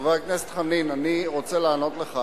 חבר הכנסת חנין, אני רוצה לענות לך.